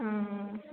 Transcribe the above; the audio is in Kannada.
ಹಾಂ ಊಂ